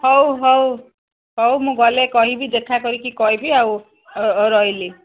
ହଉ ହଉ ହଉ ମୁଁ ଗଲେ କହିବି ଦେଖା କରିକି କହିବି ଆଉ ରହିଲି